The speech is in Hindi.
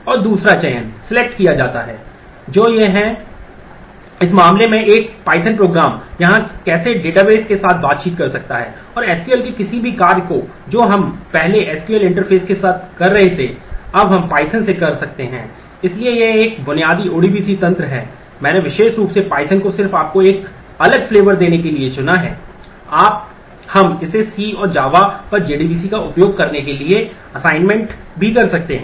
और दूसरा सेलेक्ट देने के लिए चुना है आप हम इसे C और java पर जेडीबीसी का उपयोग करने के लिए असाइनमेंट भी कर सकते हैं